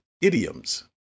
idioms